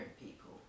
people